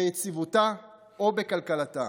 ביציבותה או בכלכלתה.